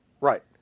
Right